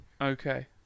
Okay